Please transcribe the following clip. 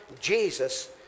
Jesus